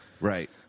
Right